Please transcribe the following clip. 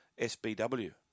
SBW